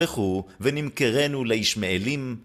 הלכו ונמכרנו לישמעאלים.